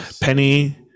Penny